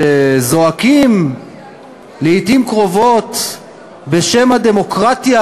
שזועקים לעתים קרובות בשם הדמוקרטיה